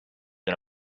and